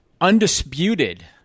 undisputed